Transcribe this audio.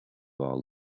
all